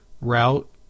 route